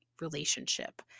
relationship